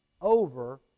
over